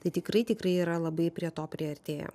tai tikrai tikrai yra labai prie to priartėję